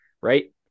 right